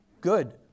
Good